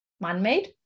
man-made